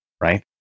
right